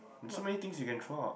there's so many things you can throw out